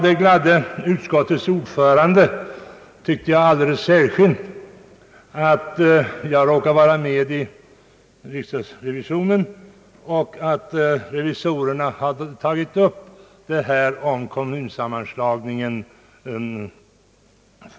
Det gladde utskottets ordförande alldeles särskilt, föreföll det mig, att jag råkade vara med bland riksdagens revisorer som ju — förra året var det väl — tog upp frågan om kommunsammanslagningen.